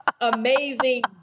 amazing